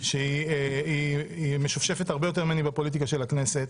שהיא משופשפת הרבה יותר ממני בפוליטיקה של הכנסת,